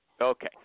Okay